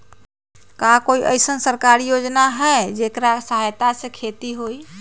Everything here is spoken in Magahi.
का कोई अईसन सरकारी योजना है जेकरा सहायता से खेती होय?